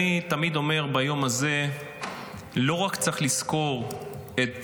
אני תמיד אומר ביום הזה שלא צריך לזכור רק